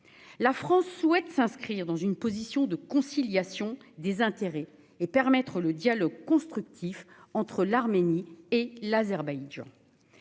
La France souhaite s'inscrire dans une position de conciliation des intérêts et permettre le dialogue constructif entre l'Arménie et l'Azerbaïdjan.